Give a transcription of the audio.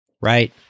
right